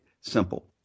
simple